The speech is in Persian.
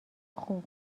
خوب